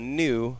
new